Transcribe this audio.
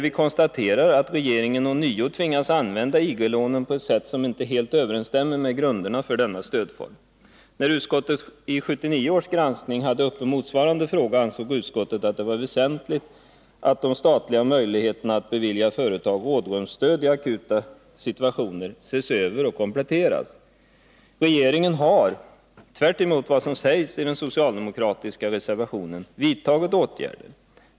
Vi konstaterar att regeringen ånyo tvingats använda IG-lånen på ett sätt som inte helt överensstämmer med grunderna för denna stödform. När utskottet i 1979 års granskning hade motsvarande fråga uppe till behandling ansåg man att det var väsentligt att de statliga möjligheterna att i akuta situationer bevilja företag rådrumsstöd skulle ses över och kompletteras. Regeringen har — tvärtemot vad som sägs i den socialdemokratiska reservationen — vidtagit åtgärder.